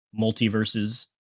multiverses